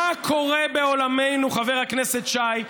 מה קורה בעולמנו, חבר הכנסת שי,